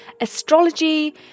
astrology